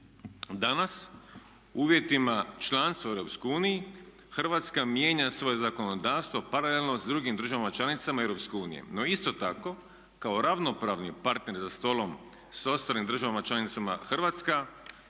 Danas u uvjetima članstva u EU Hrvatska mijenja svoje zakonodavstvo paralelno s drugim državama članicama EU. No isto tako kao ravnopravni partner za stolom sa ostalim državama članicama Hrvatska